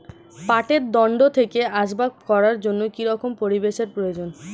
পাটের দণ্ড থেকে আসবাব করার জন্য কি রকম পরিবেশ এর প্রয়োজন?